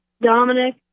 Dominic